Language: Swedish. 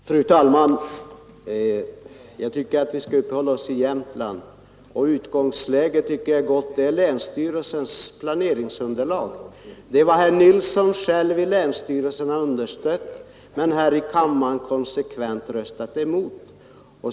Fru talman! Jag tycker att vi skall hålla oss till Jämtland, och utgångspunkten anser jag god, nämligen länsstyrelsens planeringsunderlag. Det har herr Nilsson i Östersund själv stött i länsstyrelsen men här i kammaren konsekvent röstat emot.